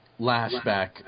lashback